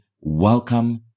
welcome